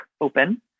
open